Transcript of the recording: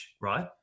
right